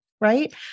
right